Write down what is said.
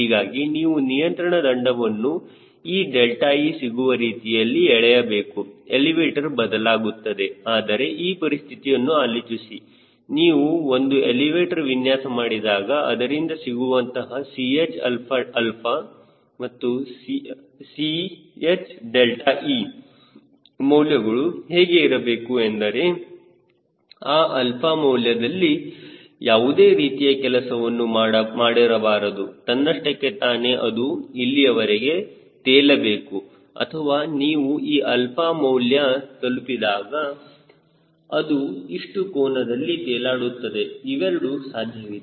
ಹೀಗಾಗಿ ನೀವು ನಿಯಂತ್ರಣ ದಂಡವನ್ನು ಈ 𝛿e ಸಿಗುವ ರೀತಿಯಲ್ಲಿ ಏಳೆಯಬೇಕು ಎಲಿವೇಟರ್ ಬದಲಾಗುತ್ತದೆ ಆದರೆ ಆ ಪರಿಸ್ಥಿತಿಯನ್ನು ಆಲೋಚಿಸಿ ನೀವು ಒಂದು ಎಲಿವೇಟರ್ ವಿನ್ಯಾಸ ಮಾಡಿದಾಗ ಅದರಿಂದ ಸಿಗುವಂತಹ 𝐶hα𝛼 𝐶hðe ಮೌಲ್ಯಗಳು ಹೇಗೆ ಇರಬೇಕು ಎಂದರೆ ಆ ಅಲ್ಪ ಮೌಲ್ಯದಲ್ಲಿ ಯಾವುದೇ ರೀತಿಯ ಕೆಲಸವನ್ನು ಮಾಡಿರಬಾರದು ತನ್ನಷ್ಟಕ್ಕೆ ತಾನೇ ಅದು ಇಲ್ಲಿಯವರೆಗೆ ತೇಲಬೇಕು ಅಥವಾ ನೀವು ಆ ಅಲ್ಪ ಮೌಲ್ಯ ತಲುಪಿದಾಗ ಅದು ಇಷ್ಟು ಕೋನದಲ್ಲಿ ತೇಲಾಡುತ್ತದೆ ಇವೆರಡು ಸಾಧ್ಯವಿದೆ